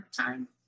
time